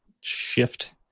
shift